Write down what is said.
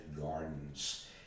Gardens